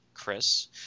Chris